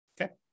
Okay